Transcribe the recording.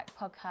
Podcast